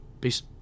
Peace